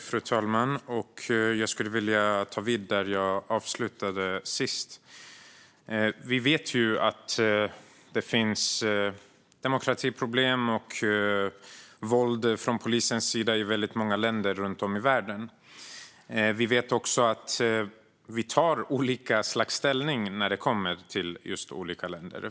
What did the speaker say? Fru talman! Jag skulle vilja ta vid där jag slutade sist. Vi vet att det finns demokratiproblem och polisvåld i väldigt många länder runt om i världen. Vi vet också att vi tar olika slags ställning när det kommer till olika länder.